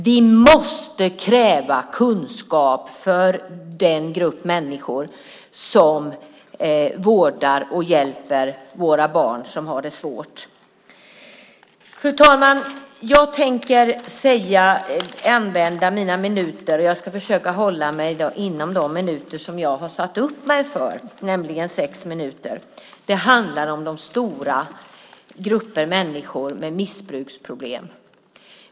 Vi måste kräva kunskap för den grupp människor som vårdar och hjälper de av våra barn som har det svårt. Fru talman! Jag tänker använda mina minuter, och jag ska försöka hålla mig inom de minuter jag har anmält, nämligen sex minuter, till att tala om de stora grupper människor som har missbruksproblem.